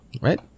right